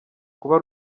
kuba